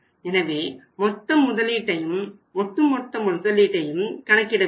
எனவே மொத்த முதலீட்டையும் ஒட்டு மொத்த முதலீட்டையும் கணக்கிட வேண்டும்